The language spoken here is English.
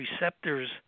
receptors